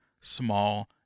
small